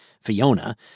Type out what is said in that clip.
Fiona